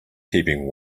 keeping